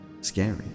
scary